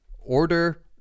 order